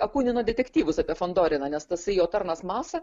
akunino detektyvus apie fandoriną nes tasai jo tarnas masa